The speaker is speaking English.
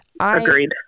Agreed